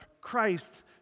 Christ